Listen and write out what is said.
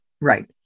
Right